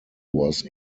was